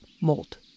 molt